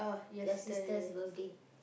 your sister's birthday